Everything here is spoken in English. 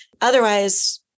Otherwise